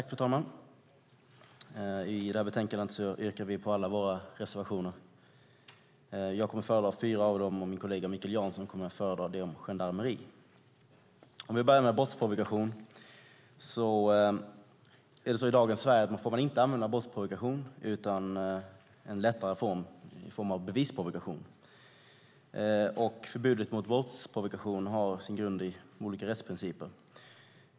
Fru talman! Vi yrkar bifall till alla våra reservationer i betänkandet. Jag kommer att föredra fyra av dem, och min kollega Mikael Jansson kommer att föredra dem om gendarmeri. Vi börjar med brottsprovokation. I dagens Sverige får man inte använda brottsprovokation, utan bara en lättare form av bevisprovokation. Förbudet mot brottsprovokation har sin grund i olika rättsprinciper.